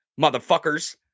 motherfuckers